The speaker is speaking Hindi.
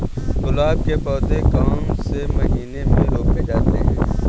गुलाब के पौधे कौन से महीने में रोपे जाते हैं?